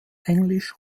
englisch